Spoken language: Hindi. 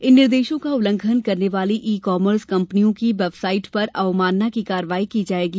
इन निर्देशों का उल्लंघन करने वाली ई कॉमर्स कंपनियों की वेबसाइट पर अवमानना की कार्रवाई की जायेगी